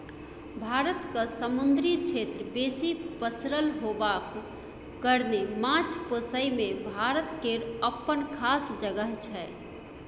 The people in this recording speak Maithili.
भारतक समुन्दरी क्षेत्र बेसी पसरल होबाक कारणेँ माछ पोसइ मे भारत केर अप्पन खास जगह छै